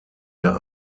der